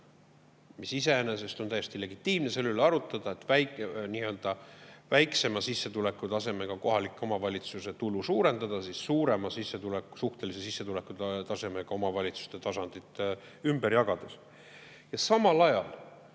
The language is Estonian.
– iseenesest on täiesti legitiimne selle üle arutada – väiksema sissetulekutasemega kohaliku omavalitsuse tulu suurendada suurema suhtelise sissetulekute tasemega omavalitsuste tasandilt [tulu] ümber jagades. Samal ajal